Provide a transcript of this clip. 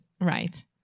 right